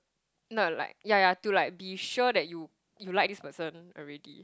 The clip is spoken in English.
no like yeah yeah to like be sure that you you like this person already